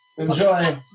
Enjoy